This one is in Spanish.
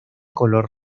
color